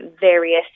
various